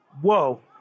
Whoa